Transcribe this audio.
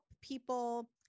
people